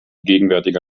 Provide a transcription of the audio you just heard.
gegenwärtige